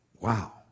wow